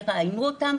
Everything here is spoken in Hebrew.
יראיינו אותם,